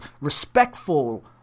respectful